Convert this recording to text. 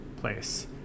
place